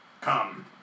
Come